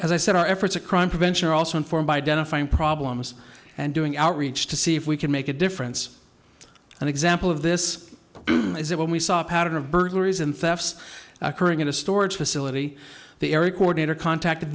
as i said our efforts of crime prevention are also informed by identifying problems and doing outreach to see if we can make a difference an example of this is that when we saw a pattern of burglaries and thefts occurring in a storage facility the erik order contacted